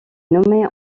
nommée